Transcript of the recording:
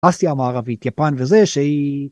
אסיה המערבית, יפן וזה, שהיא...